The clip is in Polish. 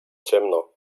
ciemno